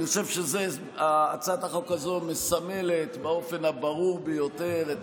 אני חושב שהצעת החוק הזו מסמלת באופן הברור ביותר את